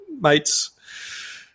Mates